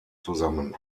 zusammen